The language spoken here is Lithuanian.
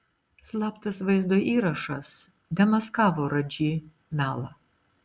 slaptas vaizdo įrašas demaskavo radži melą